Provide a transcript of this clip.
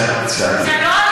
זה לא,